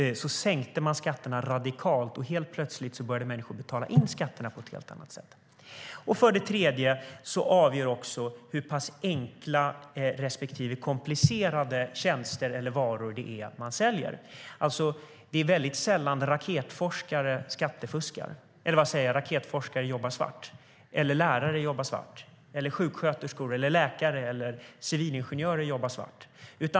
Så sänkte man skatterna radikalt. Helst plötsligt började människor att betala in skatterna på ett helt annat sätt. För det tredje är det avgörande hur pass enkla eller komplicerade varor eller tjänster det är man säljer. Det är väldigt sällan raketforskare jobbar svart, lärare jobbar svart eller sjuksköterskor, läkare och civilingenjörer jobbar svart.